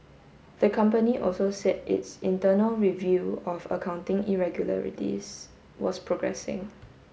the company also said its internal review of accounting irregularities was progressing